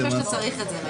רק על הפלילי.